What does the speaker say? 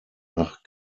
nach